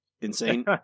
insane